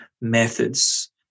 methods